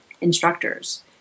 instructors